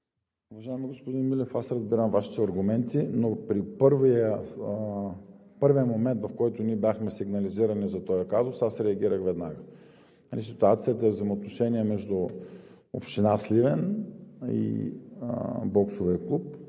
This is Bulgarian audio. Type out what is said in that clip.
Уважаеми господин Милев, разбирам Вашите аргументи. Но в първия момент, в който бяхме сигнализирани за този казус, аз реагирах веднага. Ситуацията е взаимоотношения между Община Сливен и боксовия клуб.